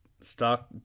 stock